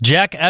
Jack